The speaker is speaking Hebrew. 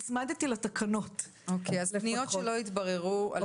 פניות שלא התבררו.